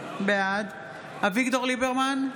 בעד אביגדור ליברמן,